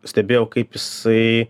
stebėjau kaip jisai